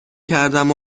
کردم